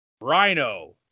Rhino